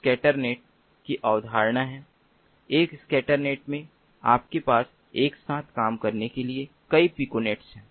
तो यह स्कैटरनेट की अवधारणा है एक स्कैटरनेट में आपके पास एक साथ काम करने के लिए कई पिकोनेट्स हैं